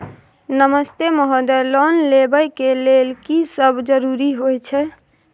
नमस्ते महोदय, लोन लेबै के लेल की सब जरुरी होय छै?